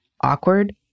awkward